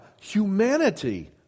humanity